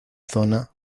zona